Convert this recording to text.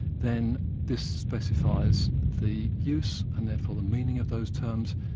then this specifies the use and therefore the meaning of those terms,